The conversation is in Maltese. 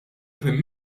prim